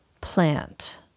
plant